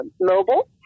mobile